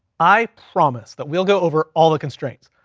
i promise that we'll go over all the constraints,